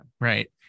Right